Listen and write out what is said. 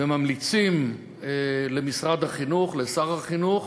וממליצים למשרד החינוך, לשר החינוך,